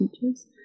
teachers